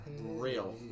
Real